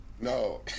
No